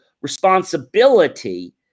responsibility